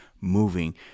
moving